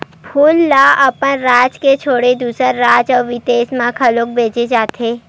फूल ल अपन राज के छोड़े दूसर राज अउ बिदेस म घलो भेजे जाथे